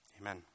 Amen